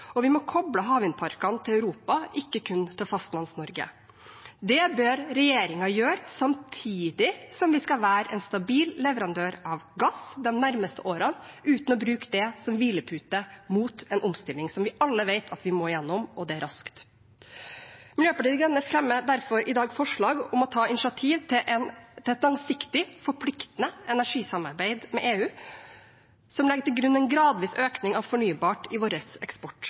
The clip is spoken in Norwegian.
og vi må koble havvindparkene til Europa, ikke kun til Fastlands-Norge. Det bør regjeringen gjøre samtidig som vi skal være en stabil leverandør av gass de nærmeste årene, uten å bruke det som hvilepute mot en omstilling som vi alle vet at vi må igjennom, og det raskt. Miljøpartiet De Grønne fremmer derfor i dag forslag om å ta initiativ til et langsiktig, forpliktende energisamarbeid med EU, som legger til grunn en gradvis økning av fornybar i vår eksport